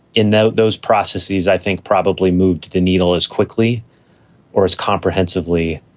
in those those processes, i think probably moved the needle as quickly or as comprehensively